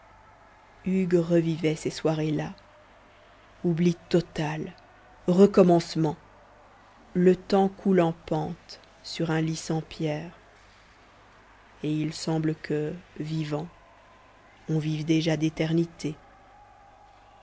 hugues revivait ces soirées là oubli total recommencements le temps coule en pente sur un lit sans pierres et il semble que vivant on vive déjà d'éternité